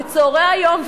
בצהרי היום,